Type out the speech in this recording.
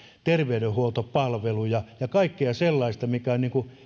terveydenhuoltopalveluja ja kaikkea sellaista mikä on